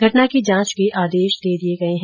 घटना की जांच के आदेश दे दिए गए है